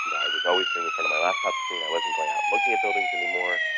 you know i was always sitting in front of my laptop screen, i wasn't going out looking at buildings anymore.